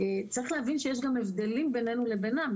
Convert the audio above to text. צריך להבין שיש גם הבדלים בינינו לבינם.